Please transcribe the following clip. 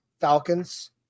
Falcons